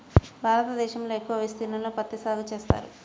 భారతదేశంలో ఎక్కువ విస్తీర్ణంలో పత్తి సాగు చేస్తారు